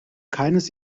keines